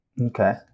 Okay